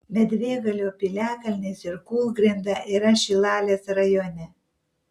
medvėgalio piliakalnis ir kūlgrinda yra šilalės rajone